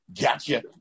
Gotcha